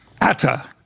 Atta